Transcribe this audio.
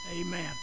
Amen